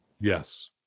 Yes